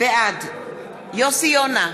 בעד יוסי יונה,